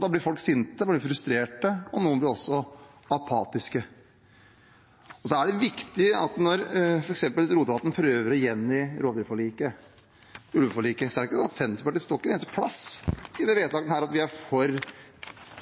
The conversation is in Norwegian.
Da blir folk sinte og frustrerte, og noen blir også apatiske. Når f.eks. Rotevatn prøver å gjengi rovdyrforliket, ulveforliket, er det viktig at det ikke står ett sted i det vedtaket at vi er